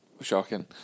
shocking